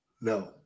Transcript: no